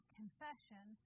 confession